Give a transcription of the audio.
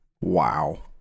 Wow